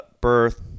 birth